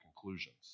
conclusions